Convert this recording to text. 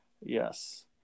Yes